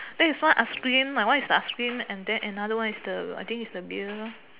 there is one ice cream my one is the ice cream and then another one is the I think is the billiard lor